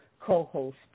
co-host